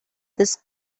this